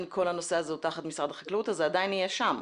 כל הנושא הזה הוא תחת משרד החקלאות זה עדיין יהיה שם.